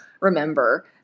remember